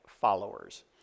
followers